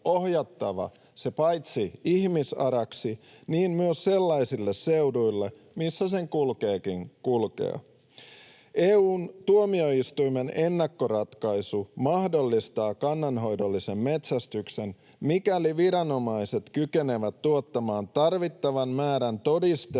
se paitsi ihmisaraksi myös sellaisille seuduille, missä sen kuuluukin kulkea. EU:n tuomioistuimen ennakkoratkaisu mahdollistaa kannanhoidollisen metsästyksen, mikäli viranomaiset kykenevät tuottamaan tarvittavan määrän todistelua